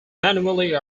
manually